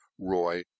Roy